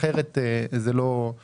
אחרת זה לא נראה טוב.